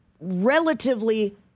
relatively